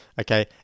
okay